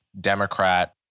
Democrat